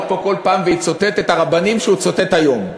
פה כל פעם ויצטט את הרבנים שהוא ציטט היום.